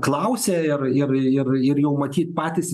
klausia ir ir ir ir jau matyt patys